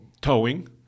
towing